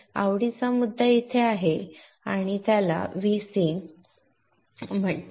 आवडीचा मुद्दा इथे आहे आणि त्याला Vc म्हणतात